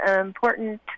important